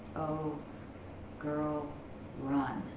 oh girl run.